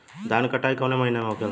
धान क कटाई कवने महीना में होखेला?